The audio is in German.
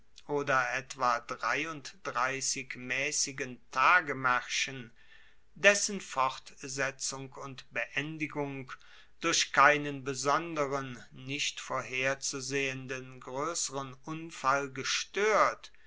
oder etwa drei maessigen tagemaerschen dessen fortsetzung und beendigung durch keinen besonderen nicht vorherzusehenden groesseren unfall gestoert